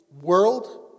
world